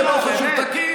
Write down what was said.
לא חשוב, תקים.